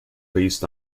based